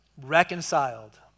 reconciled